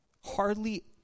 Hardly